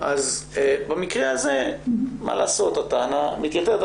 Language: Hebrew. במקרה הזה, מה לעשות, הטענה מתייתרת.